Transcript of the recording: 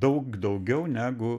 daug daugiau negu